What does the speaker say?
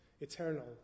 eternal